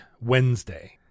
Wednesday